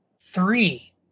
three